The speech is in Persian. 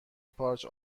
پارچ